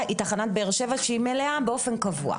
היא תחנת באר שבע שמלאה באופן קבוע.